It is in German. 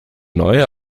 neuer